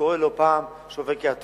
קורה לא פעם שחוק עובר קריאה טרומית,